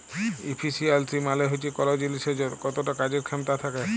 ইফিসিয়ালসি মালে হচ্যে কল জিলিসের কতট কাজের খ্যামতা থ্যাকে